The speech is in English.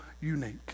unique